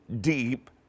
deep